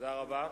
תודה רבה.